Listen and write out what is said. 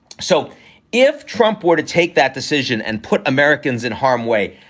so if trump were to take that decision and put americans in harm's way,